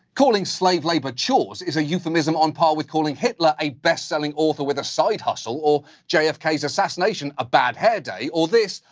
calling slave labor chores, is a euphemism on par with calling hitler a best-selling author with a side hustle. or, jfk's assassination a bad hair day, or this,